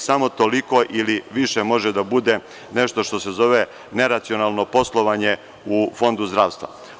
Samo toliko ili više može da bude nešto što se zove neracionalno poslovanje u Fondu zdravstva.